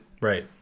Right